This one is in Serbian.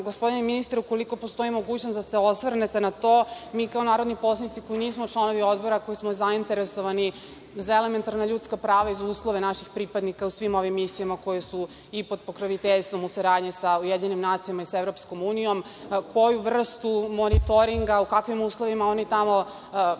gospodine ministre, ukoliko postoji mogućnost da se osvrnete na to, mi kao narodni poslanici koji nismo članovi Odbora, koji smo zainteresovani za elementarna ljudska prava i za uslove naših pripadnika u svim ovim misijama koje su i pod pokroviteljstvom u saradnji sa UN i sa EU, koju vrstu moritoringa, u kakvim uslovima oni tamo žive,